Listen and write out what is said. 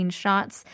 shots